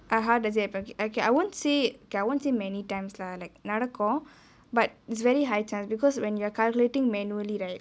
(uh huh) does it happen I won't say okay I won't say many times lah like நடக்கொ:nadako but it's very high chance because when you're calculating manually right